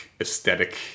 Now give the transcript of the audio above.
aesthetic